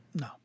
No